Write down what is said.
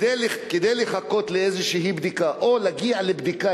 כדי לחכות לאיזו בדיקה או להגיע לבדיקה,